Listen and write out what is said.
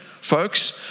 Folks